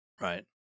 Right